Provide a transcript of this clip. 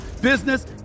business